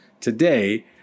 today